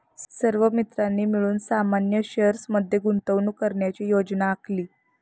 सर्व मित्रांनी मिळून सामान्य शेअर्स मध्ये गुंतवणूक करण्याची योजना आखली